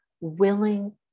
willing